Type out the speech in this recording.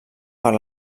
per